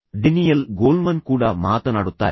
Daniel Goleman ಕೂಡ ಈ ಬಗ್ಗೆ ಮಾತನಾಡುತ್ತಾರೆ